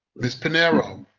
ms. pinheiro?